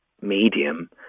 medium